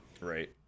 Right